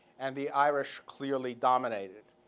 and the irish clearly dominated.